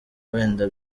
wenda